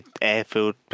airfield